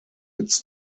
its